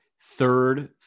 third